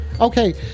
Okay